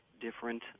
different